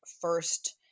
first